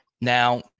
Now